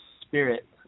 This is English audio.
Spirit